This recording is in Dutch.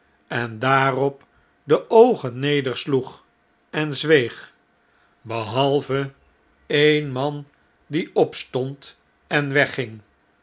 en daarop de oogen nedersloeg en zweeg behalve e'en man die opstond en wegging